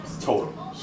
total